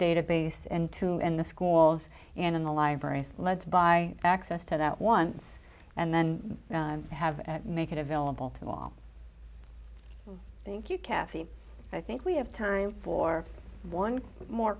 database and two and the schools in the libraries let's buy access to that one and then have make it available to all thank you kathy i think we have time for one more